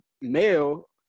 male